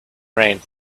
rain